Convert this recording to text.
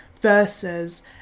versus